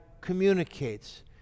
communicates